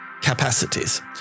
capacities